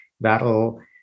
that'll